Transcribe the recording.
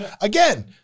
Again